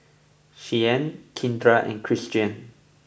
Shianne Kindra and Kristian